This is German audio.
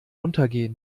untergehen